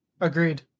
Agreed